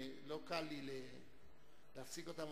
לא קל לי להפסיק אותם,